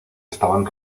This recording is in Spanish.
estaban